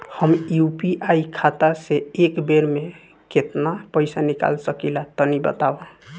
हम यू.पी.आई खाता से एक बेर म केतना पइसा निकाल सकिला तनि बतावा?